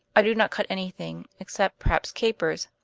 i do not cut anything, except, perhaps, capers.